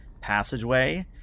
passageway